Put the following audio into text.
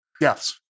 Yes